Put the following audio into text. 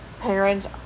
parents